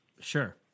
Sure